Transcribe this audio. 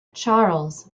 charles